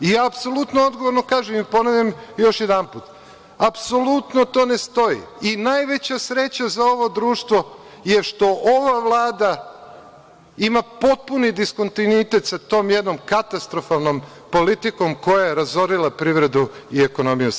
Ja apsolutno odgovorno kažem i ponavljam još jedanput, apsolutno to ne stoji i najveća sreća za ovo društvo je što ova Vlada ima potpuni diskontinuitet sa tom jednom katastrofalnom politikom koja je razorila privredu i ekonomiju Srbije.